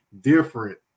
different